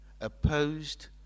opposed